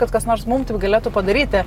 kad kas nors mum taip galėtų padaryti